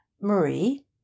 Marie